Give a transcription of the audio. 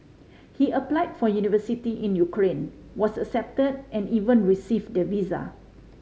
he applied for university in Ukraine was accepted and even received the visa